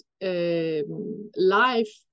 life